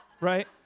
right